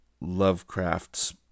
Lovecraft's